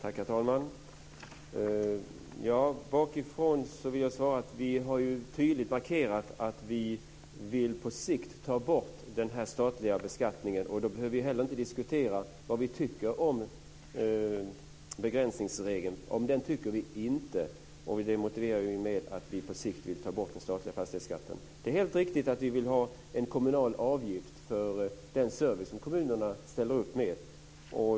Herr talman! Om jag tar frågorna bakifrån vill jag svara att vi tydligt har markerat att vi på sikt vill ta bort den statliga beskattningen. Då behöver vi inte diskutera vad vi tycker om begränsningsregeln. Om den tycker vi inte. Det motiverar vi med att vi på sikt vill ta bort den statliga fastighetsskatten. Det är helt riktigt att vi vill ha en kommunal avgift för den service som kommunerna ställer upp med.